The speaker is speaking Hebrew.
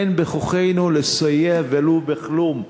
אין בכוחנו לסייע ולו בכלום.